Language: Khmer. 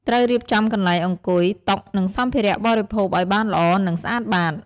ត្រូវរៀបចំកន្លែងអង្គុយ តុ និងសម្ភារៈបរិភោគឲ្យបានល្អ និងស្អាតបាត។